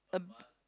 a